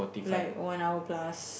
like one hour plus